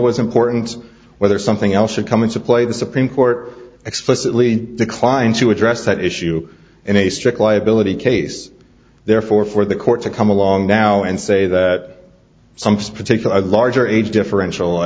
is important whether something else should come into play the supreme court explicitly declined to address that issue in a strict liability case therefore for the court to come along now and say that some just particular larger age differential